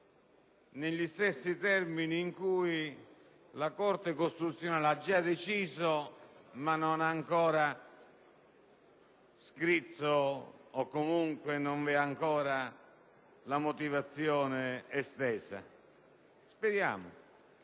negli stessi termini in cui la Corte costituzionale ha già deciso, ma non ha ancora scritto, o di cui comunque non esiste ancora la motivazione. In una materia